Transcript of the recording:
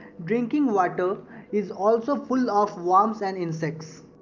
drinking water is also full of worms and insects.